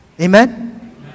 Amen